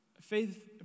faith